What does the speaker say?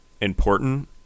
important